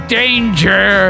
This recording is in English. danger